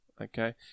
okay